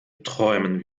träumen